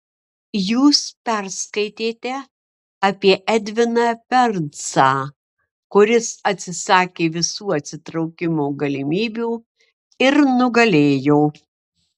jūs perskaitėte apie edviną bernsą kuris atsisakė visų atsitraukimo galimybių ir nugalėjo